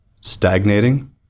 stagnating